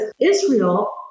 Israel